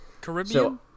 Caribbean